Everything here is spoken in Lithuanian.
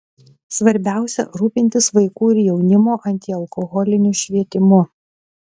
svarbiausia rūpintis vaikų ir jaunimo antialkoholiniu švietimu